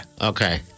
okay